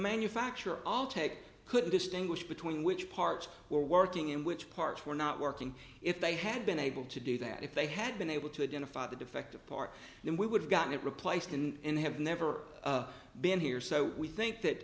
manufacturer all take couldn't distinguish between which parts were working in which parts were not working if they had been able to do that if they had been able to identify the defective part then we would have gotten it replaced and have never been here so we think that